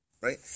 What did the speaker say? right